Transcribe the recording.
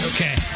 Okay